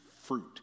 fruit